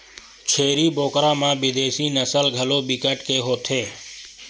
छेरी बोकरा म बिदेसी नसल घलो बिकट के होथे